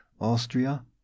Austria